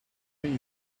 think